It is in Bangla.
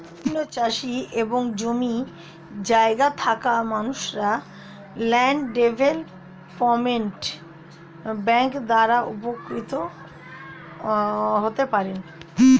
বিভিন্ন চাষি এবং জমি জায়গা থাকা মানুষরা ল্যান্ড ডেভেলপমেন্ট ব্যাংক দ্বারা উপকৃত হতে পারেন